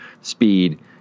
speed